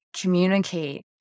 communicate